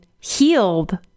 healed